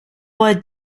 wohl